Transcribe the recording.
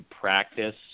practice